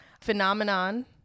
Phenomenon